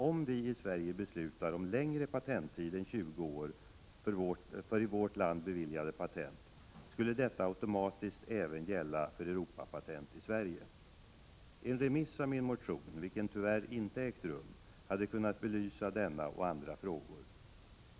Om vi i Sverige beslutar om en patenttid som är längre än 20 år för i vårt land beviljade patent, skulle detta alltså automatiskt även gälla för Europapatent i Sverige. En remiss av min motion, som tyvärr inte ägt rum, hade kunnat belysa denna och andra frågor.